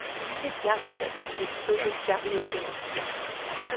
you said yakuza. that's a those are japanese gangs yes noel,